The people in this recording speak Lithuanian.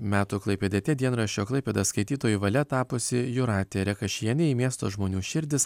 metų klaipėdiete dienraščio klaipėda skaitytojų valia tapusi jūratė rekašienė į miesto žmonių širdis